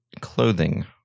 clothing